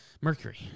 mercury